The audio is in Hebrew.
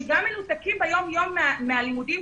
שגם מנותקים ביום-יום מהלימודים,